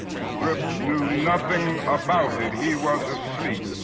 and rip knew nothing about it, he was asleep.